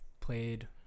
played